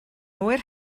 oer